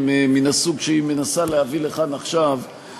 מן הסוג שהיא מנסה להביא לכאן עכשיו,